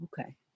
Okay